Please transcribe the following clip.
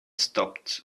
stopped